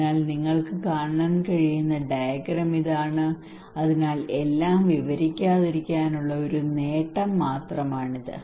അതിനാൽ നിങ്ങൾക്ക് കാണാൻ കഴിയുന്ന ഡയഗ്രം ഇതാണ് അതിനാൽ എല്ലാം വിവരിക്കാതിരിക്കാനുള്ള ഒരു നോട്ടം മാത്രമാണിത്